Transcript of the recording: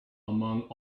among